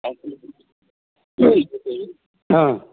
آ